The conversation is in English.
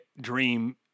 Dream